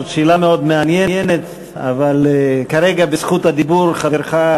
זאת שאלה מאוד מעניינת אבל כרגע ברשות הדיבור חברך,